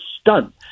stunt